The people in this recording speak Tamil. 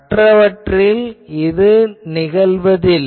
மற்றவற்றில் இது நிகழ்வதில்லை